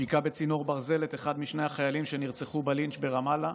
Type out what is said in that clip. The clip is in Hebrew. שהיכה בצינור ברזל את אחד משני החיילים שנרצחו בלינץ' ברמאללה.